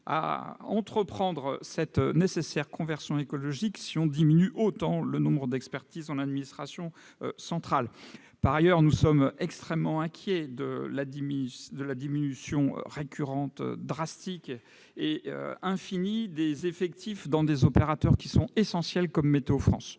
à entreprendre cette nécessaire conversion écologique si l'on diminue autant le nombre d'expertises dans l'administration centrale. Par ailleurs, nous sommes extrêmement inquiets de la diminution récurrente, drastique, pour ne pas dire infinie, des effectifs d'opérateurs essentiels comme Météo France,